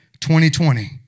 2020